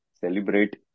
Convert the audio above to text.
celebrate